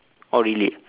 oh really